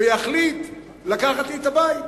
ויחליט לקחת לי את הבית.